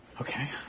Okay